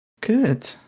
Good